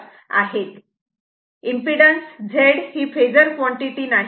तेव्हा impedance Z ही phasor quantity नाही